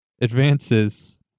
Advances